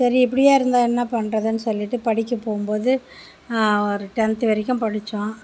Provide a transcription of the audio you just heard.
சரி இப்படியே இருந்தால் என்ன பண்ணுறதுன்னு சொல்லிவிட்டு படிக்க போகும்போது ஒரு டென்த்து வரைக்கும் படிச்சோம்